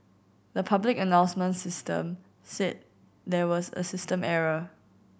the public announcement system said there was a system error